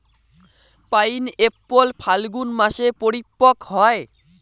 pineapple ফাল্গুন মাসে পরিপক্ব হয়